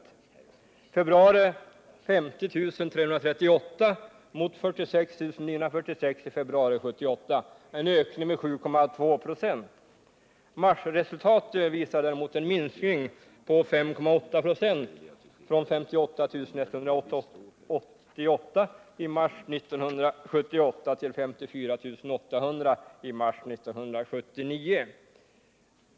I februari var antalet 50 338 mot 46 946 i februari 1978, en ökning med 7,2 96. Marsresultatet visar däremot en minskning på 5,8 96 från 58 188 i mars 1978 till 54 800 i mars 1979.